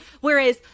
Whereas